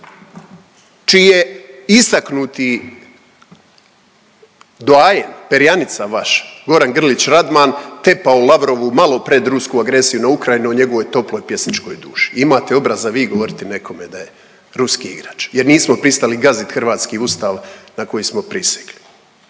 je istaknuti doajen, perjanica vaš Goran Grlić-Radman tepao Lavrovu malo pred rusku agresiju na Ukrajinu o njegovoj toploj pjesničkoj duši. I imate obraza vi govoriti nekome da je ruski igrač, jer nismo pristali gaziti hrvatski Ustav na koji smo prisegli.